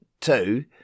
two